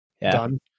done